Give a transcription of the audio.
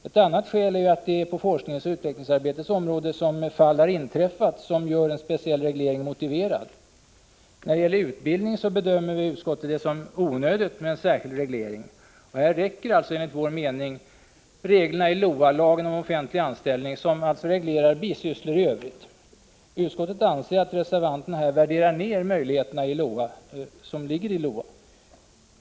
Ett annat skäl är att det är på forskningens och utvecklingsarbetets område som fall har inträffat som gör en speciell reglering motiverad. När det gäller utbildning bedömer utskottet det som onödigt med en särskild reglering. Här räcker alltså, enligt vår mening, reglerna i lagen om offentlig anställning , som reglerar bisysslor i övrigt. Utskottet anser att reservanterna här nedvärderar de möjligheter som finns i LOA.